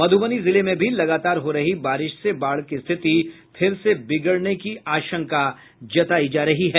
मधुबनी जिले में भी लगातार हो रही बारिश से बाढ़ की स्थिति फिर से बिगड़ने की आशंका जतायी जा रही है